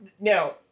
now